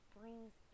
brings